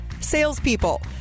Salespeople